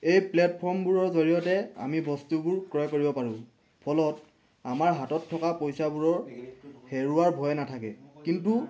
এই প্লেটফৰ্মবোৰৰ জৰিয়তে আমি বস্তুবোৰ ক্ৰয় কৰিব পাৰো ফলত আমাৰ হাতত থকা পইচাবোৰৰ হেৰুৱাৰ ভয়ে নাথাকে কিন্তু